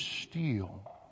steal